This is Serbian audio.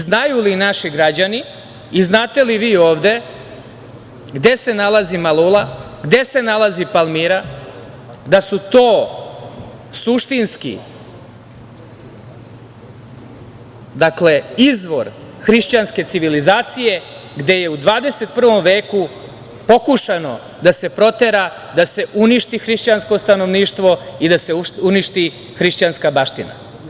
Znaju li naši građani i znate li vi ovde gde se nalazi Malula, gde se nalazi Palmira, da su to suštinski izvor hrišćanske civilizacije, gde je u 21. veku pokušano da se protera, da se uništi hrišćansko stanovništvo i da se uništi hrišćanska baština?